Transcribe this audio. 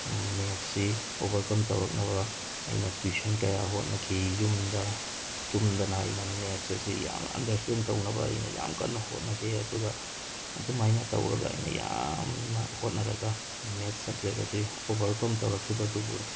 ꯃꯦꯠꯁꯁꯤ overcome ꯇꯧꯔꯛꯅꯕ ꯑꯩꯅ tuition ꯀꯌꯥ ꯍꯣꯠꯅꯈꯤ ꯌꯨꯝꯗ ꯇꯨꯝꯗꯅ ꯑꯩꯅ ꯃꯦꯠꯁ ꯑꯁꯤ ꯌꯥꯝ ꯑꯟꯗꯔꯏꯁꯇꯦꯟ ꯇꯧꯅꯕ ꯑꯩꯅ ꯌꯥꯝ ꯀꯟꯅ ꯍꯣꯠꯅꯈꯤ ꯑꯗꯨꯒ ꯑꯗꯨꯃꯥꯏꯅ ꯇꯧꯔꯒ ꯑꯩꯅ ꯌꯥꯝꯅ ꯍꯣꯠꯅꯔꯒ ꯃꯦꯠꯁ ꯁꯕꯖꯦꯛ ꯑꯁꯤ ꯑꯣꯕꯔꯀꯝ ꯇꯧꯔꯛꯈꯤꯕ ꯑꯗꯨꯕꯨ